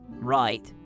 right